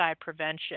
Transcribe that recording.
prevention